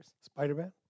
Spider-Man